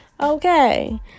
Okay